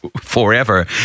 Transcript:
forever